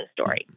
story